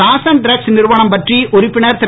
சாசன் ட்ரெக்ஸ் நிறுவனம் பற்றி உறுப்பினர் திரு